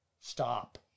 stop